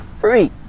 free